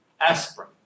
aspirin